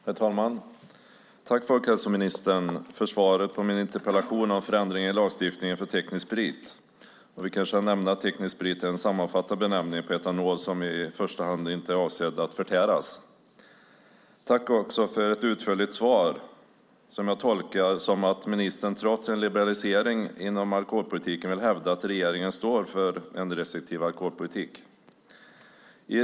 Herr talman! Jag tackar folkhälsoministern för svaret på min interpellation om förändringarna i lagstiftningen för teknisk sprit. Teknisk sprit är en sammanfattande benämning på etanol som i första hand inte är avsedd att förtäras. Jag tackar också för ett utförligt svar som jag tolkar som att ministern trots en liberalisering inom alkoholpolitiken vill hävda att regeringen står för en restriktiv alkoholpolitik.